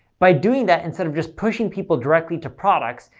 by doing that instead of just pushing people directly to products,